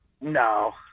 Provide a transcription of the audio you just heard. No